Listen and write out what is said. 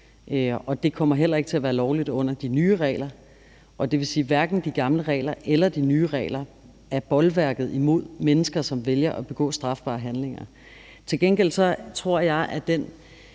Det kommer heller ikke til at være lovligt med de nye regler, så hverken de gamle eller de nye regler er bolværket imod mennesker, som vælger at begå strafbare handlinger. Til gengæld tror jeg, at det,